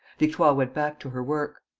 victoire went back to her work.